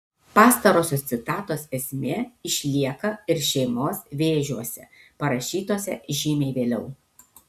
pastarosios citatos esmė išlieka ir šeimos vėžiuose parašytuose žymiai vėliau